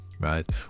right